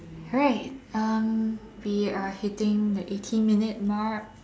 alright um we are hitting the eighty minute mark